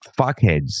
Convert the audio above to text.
fuckheads